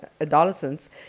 adolescents